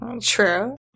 True